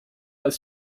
ist